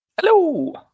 Hello